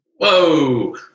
Whoa